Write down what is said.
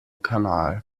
kanal